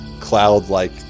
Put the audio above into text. cloud-like